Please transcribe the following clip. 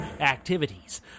activities